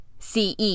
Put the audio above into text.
CE